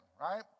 right